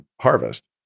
harvest